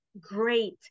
great